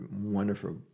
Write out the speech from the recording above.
wonderful